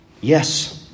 yes